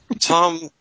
Tom